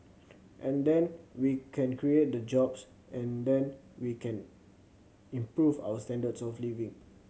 and then we can create the jobs and then we can improve our standards of living